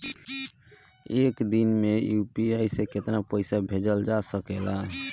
एक दिन में यू.पी.आई से केतना बार पइसा भेजल जा सकेला?